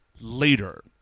later